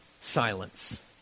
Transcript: silence